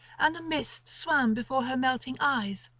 and a mist swam before her melting eyes,